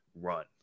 run